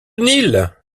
nil